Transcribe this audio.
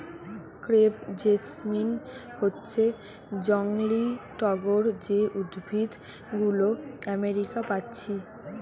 crepe jasmine হচ্ছে জংলি টগর যে উদ্ভিদ গুলো আমেরিকা পাচ্ছি